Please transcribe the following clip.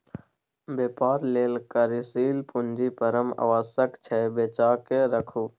बेपार लेल कार्यशील पूंजी परम आवश्यक छै बचाकेँ राखू